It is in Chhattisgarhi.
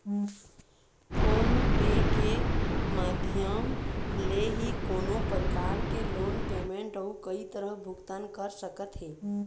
फोन पे के माधियम ले ही कोनो परकार के लोन पेमेंट अउ कई तरह भुगतान कर सकत हे